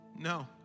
no